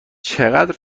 چقدر